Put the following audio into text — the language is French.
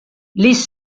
les